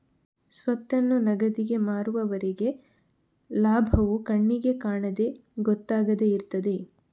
ಸ್ವತ್ತನ್ನು ನಗದಿಗೆ ಮಾರುವವರೆಗೆ ಲಾಭವು ಕಣ್ಣಿಗೆ ಕಾಣದೆ ಗೊತ್ತಾಗದೆ ಇರ್ತದೆ